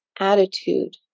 attitude